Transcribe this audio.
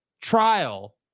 trial